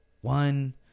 one